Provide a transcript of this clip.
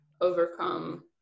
overcome